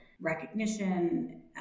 recognition